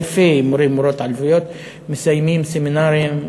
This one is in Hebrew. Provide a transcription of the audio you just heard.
אלפי מורים ומורות ערבים מסיימים סמינרים,